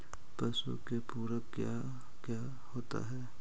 पशु के पुरक क्या क्या होता हो?